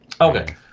Okay